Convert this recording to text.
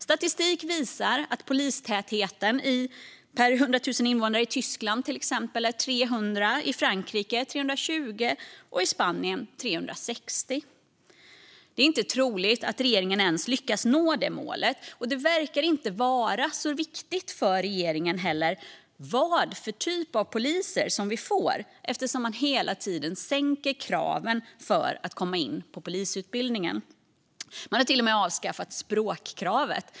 Statistik visar att polistätheten per 100 000 invånare till exempel i Tyskland är 300, i Frankrike 320 och i Spanien 360. Det är inte troligt att regeringen ens lyckas nå det målet. Det verkar inte heller vara så viktigt för regeringen vilken typ av poliser vi får eftersom man hela tiden sänker kraven för att komma in på polisutbildningen. Regeringen har till och med avskaffat språkkravet.